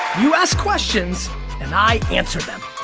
you ask questions and i answer them.